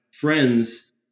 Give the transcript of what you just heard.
friends